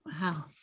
Wow